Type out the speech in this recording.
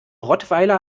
rottweiler